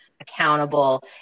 accountable